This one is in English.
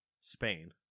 Spain